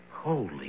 Holy